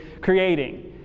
creating